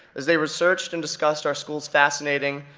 as they researched and discussed our school's fascinating,